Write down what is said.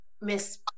Miss